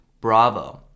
bravo